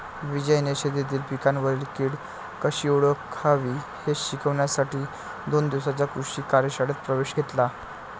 विजयने शेतीतील पिकांवरील कीड कशी ओळखावी हे शिकण्यासाठी दोन दिवसांच्या कृषी कार्यशाळेत प्रवेश घेतला